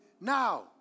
now